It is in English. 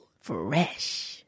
Fresh